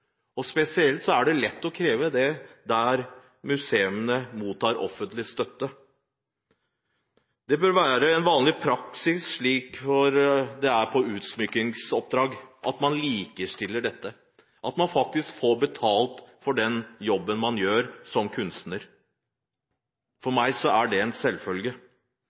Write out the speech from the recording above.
mottar offentlig støtte. Dette bør være vanlig praksis, slik det er for utsmykkingsoppdrag. Man må likestille dette, slik at man faktisk får betalt for den jobben man gjør som kunstner. For meg er det en selvfølge.